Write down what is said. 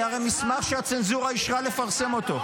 זה הרי מסמך שהצנזורה אישרה לפרסם אותו.